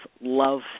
love